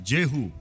Jehu